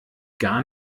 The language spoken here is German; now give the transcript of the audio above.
gar